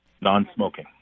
Non-smoking